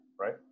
right